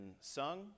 sung